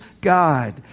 God